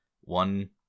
one